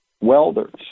welders